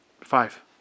Five